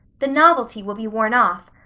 the novelty will be worn off.